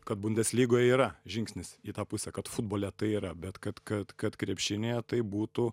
kad bundeslygoje yra žingsnis į tą pusę kad futbole tai yra bet kad kad kad krepšinyje tai būtų